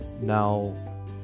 Now